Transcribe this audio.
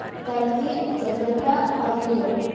Turkey Jakarta Hokkaido